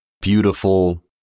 beautiful